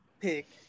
pick